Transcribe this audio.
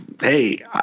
hey